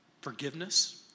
Forgiveness